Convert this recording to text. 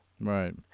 Right